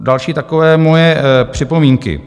Další takové moje připomínky.